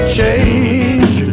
change